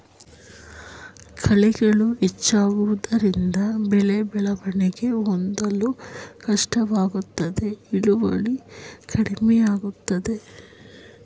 ಕಳೆಗಳು ಹೆಚ್ಚಾಗುವುದರಿಂದ ಬೆಳೆ ಬೆಳವಣಿಗೆ ಹೊಂದಲು ಕಷ್ಟವಾಗುತ್ತದೆ ಇಳುವರಿ ಕಡಿಮೆಯಾಗುತ್ತದೆ